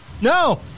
No